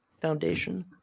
foundation